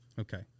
Okay